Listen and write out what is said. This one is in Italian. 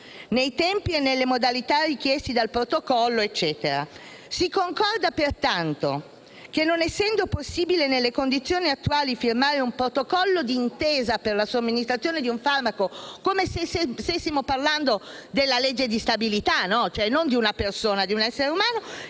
nei tempi e nelle modalità richieste dal protocollo. Si concorda pertanto che, non essendo possibile, nelle condizioni attuali, firmare un protocollo d'intesa per la somministrazione di un farmaco» - come se stessimo parlando della legge di stabilità, non di una persona e di un essere umano